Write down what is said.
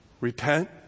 repent